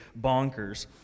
bonkers